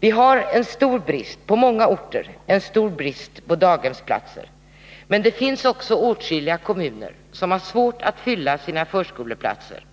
Vi har på många orter en stor brist på daghemsplatser, men det finns också åtskilliga kommuner som har svårt att fylla sina förskoleplatser,